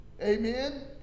Amen